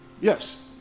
Yes